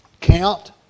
Count